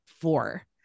four